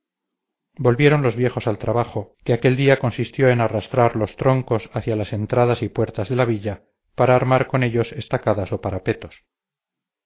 volvieron los viejos al trabajo que aquel día consistió en arrastrar los troncos hacia las entradas y puertas de la villa para armar con ellos estacadas o parapetos